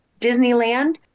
disneyland